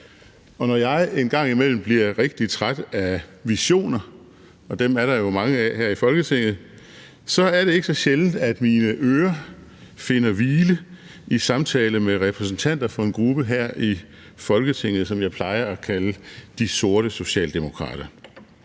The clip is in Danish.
mange af her i Folketinget, så er det ikke så sjældent, at mine ører finder hvile i samtale med repræsentanter for en gruppe her i Folketinget, som jeg plejer at kalde de sorte socialdemokrater.